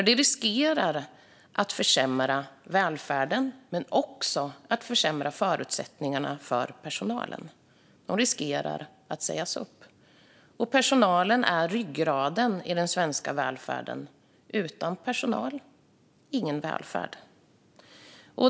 Det riskerar att försämra välfärden men också att försämra förutsättningarna för personalen. De riskerar att sägas upp. Personalen är ryggraden i den svenska välfärden. Utan personal ingen välfärd.